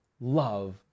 love